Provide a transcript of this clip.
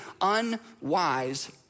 unwise